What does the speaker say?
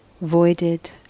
voided